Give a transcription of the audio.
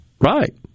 Right